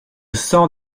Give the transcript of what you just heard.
sang